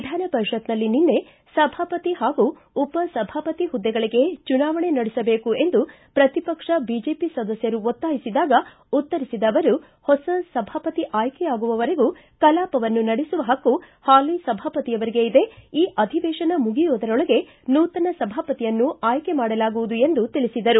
ವಿಧಾನಪರಿಷತ್ತಿನಲ್ಲಿ ನಿನ್ನೆ ಸಭಾಪತಿ ಹಾಗೂ ಉಪಸಭಾಪತಿ ಹುದ್ದೆಗಳಿಗೆ ಚುನಾವಣೆ ನಡೆಸಬೇಕು ಎಂದು ಪ್ರತಿಪಕ್ಷ ಬಿಜೆಪಿ ಸದಸ್ದರು ಒತ್ತಾಯಿಸಿದಾಗ ಉತ್ತರಿಸಿದ ಅವರು ಹೊಸ ಸಭಾಪತಿ ಆಯ್ಕೆಯಾಗುವವರೆಗೂ ಕಲಾಪವನ್ನು ನಡೆಸುವ ಪಕ್ಕು ಹಾಲಿ ಸಭಾಪತಿಯವರಿಗೆ ಇದೆ ಈ ಅಧಿವೇಶನ ಮುಗಿಯುವುದರೊಳಗೆ ನೂತನ ಸಭಾಪತಿಯನ್ನು ಆಯ್ಕೆ ಮಾಡಲಾಗುವುದು ಎಂದು ತಿಳಿಸಿದರು